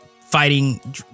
fighting